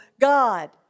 God